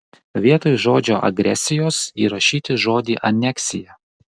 vietoj žodžio agresijos įrašyti žodį aneksija